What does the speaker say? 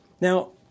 Now